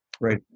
right